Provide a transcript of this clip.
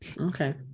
Okay